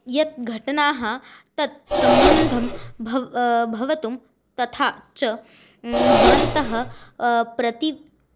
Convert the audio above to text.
यत् घटनाः तत् सम्बन्धं भव् भवतु तथा च भवन्तः प्रति